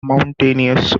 mountainous